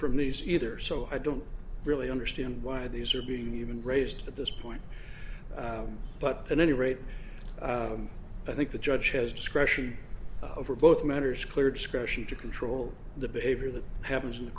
from these either so i don't really understand why these are being even raised at this point but at any rate i think the judge has discretion over both matters clear discretion to control the behavior that happens in the